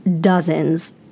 dozens